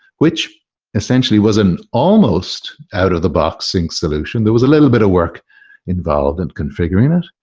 which essentially was an almost out-of-the-box sync solution. there was a little bit of work involved in configuring it.